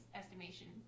estimation